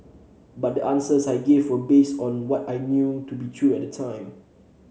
but the answers I gave were based on what I knew to be true at the time